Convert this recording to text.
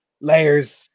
layers